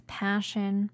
passion